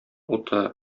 уты